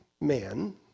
man